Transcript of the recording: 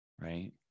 Right